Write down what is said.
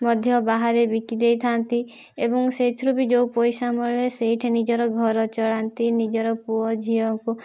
ମଧ୍ୟ ବାହାରେ ବିକି ଦେଇଥାଆନ୍ତି ଏବଂ ସେଇଥିରୁ ବି ଯେଉଁ ପଇସା ମିଳେ ସେଇଠି ନିଜର ଘର ଚଳାନ୍ତି ନିଜର ପୁଅ ଝିଅକୁ